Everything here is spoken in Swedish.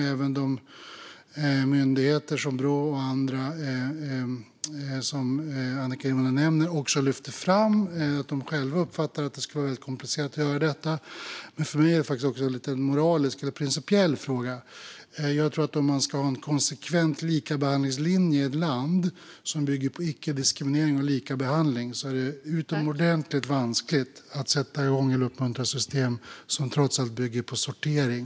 Även de myndigheter, Brå och andra, som Annika Hirvonen nämner lyfter fram att de själva uppfattar att det skulle vara väldigt komplicerat att göra detta. Men för mig är det faktiskt också en moralisk eller principiell fråga. Jag tror att det om man ska ha en konsekvent likabehandlingslinje i ett land som bygger på icke-diskriminering och likabehandling är utomordentligt vanskligt att sätta igång eller uppmuntra system som trots allt bygger på sortering.